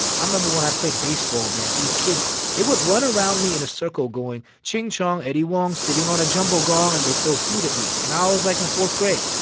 i remember when i played baseball, man, these kids they would run around me in a circle going, ching-chong, eddie huang sitting on a jumbo gong, and they'd throw food at me. and i was, like, in fourth grade.